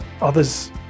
others